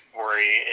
worry